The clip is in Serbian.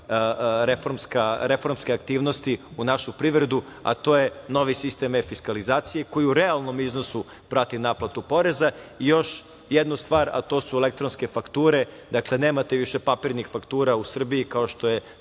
reformske aktivnosti u našu privredu, a to je novi sistem e-fiskalizacije koja u realnom iznosu prati naplatu poreza. Još jednu stvar, a to su elektronske fakture, dakle, nemate više papirnih faktura u Srbiji kao što je